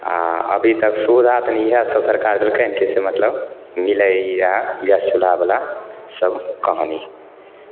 आओर अभीतक सुविधा तनि इएहसब सरकार देलकै हँ कि से मतलब मिलै ई इएह गैस चुल्हावलासब कहानी